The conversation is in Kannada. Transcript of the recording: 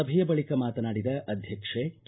ಸಭೆಯ ಬಳಿಕ ಮಾತನಾಡಿದ ಅಧ್ಯಕ್ಷೆ ಕೆ